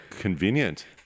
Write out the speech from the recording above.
convenient